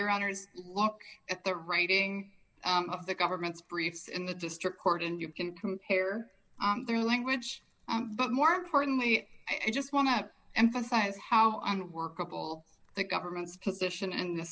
your honors look at the writing of the government's briefs in the district court and you can compare their language but more importantly i just want to emphasize how unworkable the government's position in th